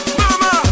mama